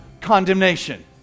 condemnation